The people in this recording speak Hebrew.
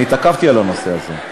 אני התעכבתי על הנושא הזה.